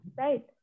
right